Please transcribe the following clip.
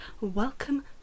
welcome